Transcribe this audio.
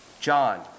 John